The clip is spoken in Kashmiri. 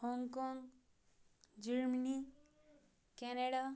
Hong Kong Germany Canada